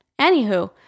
anywho